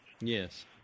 Yes